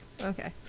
Okay